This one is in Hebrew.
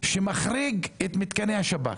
שמחריג את מיתקני השב"כ.